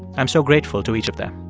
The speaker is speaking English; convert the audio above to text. i'm so grateful to each of them